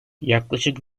yaklaşık